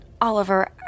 Oliver